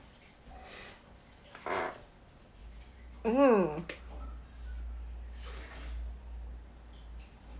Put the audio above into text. mm